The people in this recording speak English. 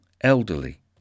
elderly